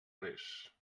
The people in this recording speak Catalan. res